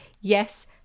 yes